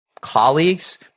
colleagues